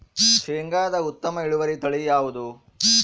ಶೇಂಗಾದ ಉತ್ತಮ ಇಳುವರಿ ತಳಿ ಯಾವುದು?